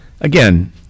again